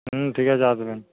হুম ঠিক আছে আসবেন